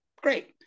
Great